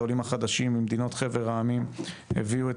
העולים החדשים ממדינות חבר העמים הביאו את